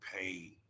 pain